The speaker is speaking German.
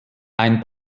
ein